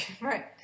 right